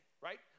right